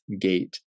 gate